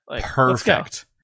Perfect